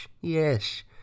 Yes